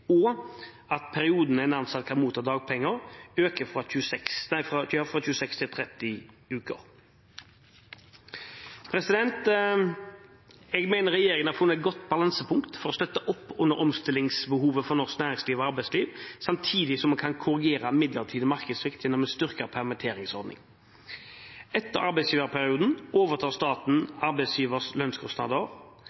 og at perioden en ansatt kan motta dagpenger, øker fra 26 til 30 uker. Jeg mener regjeringen har funnet et godt balansepunkt for å støtte opp under omstillingsbehovet for norsk næringsliv og arbeidsliv, samtidig som man kan korrigere midlertidig markedssvikt gjennom en styrket permitteringsordning. Etter arbeidsgiverperioden overtar staten arbeidsgivers lønnskostnader,